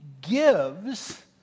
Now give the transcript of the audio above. gives